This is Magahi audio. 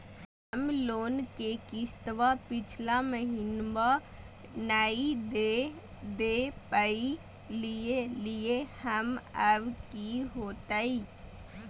हम लोन के किस्तवा पिछला महिनवा नई दे दे पई लिए लिए हल, अब की होतई?